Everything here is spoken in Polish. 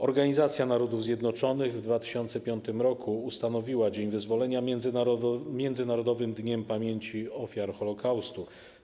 Organizacja Narodów Zjednoczonych w 2005 r. ustanowiła dzień wyzwolenia Międzynarodowym Dniem Pamięci o Ofiarach Holokaustu.